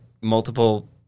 multiple